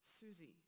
Susie